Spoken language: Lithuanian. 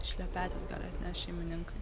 šlepetes gali atnešt šeimininkui